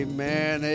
Amen